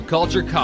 Culture